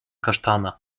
kasztana